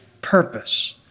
purpose